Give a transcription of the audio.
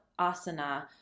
asana